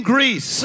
Greece